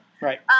Right